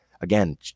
Again